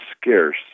scarce